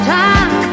time